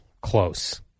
close